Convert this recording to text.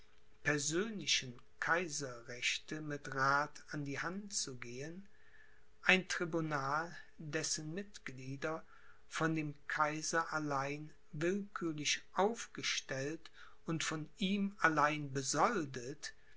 unbezweifelten persönlichen kaiserrechte mit rath an die hand zu gehen ein tribunal dessen mitglieder von dem kaiser allein willkürlich aufgestellt und von ihm allein besoldet